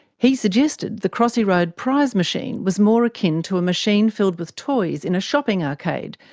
he suggested the crossy road prize machine was more akin to a machine filled with toys in a shopping arcade,